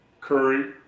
Curry